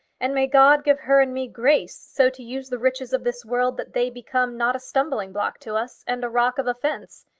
and may god give her and me grace so to use the riches of this world that they become not a stumbling-block to us, and a rock of offence.